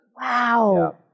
Wow